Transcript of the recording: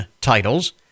titles